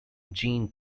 jean